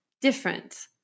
different